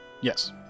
Yes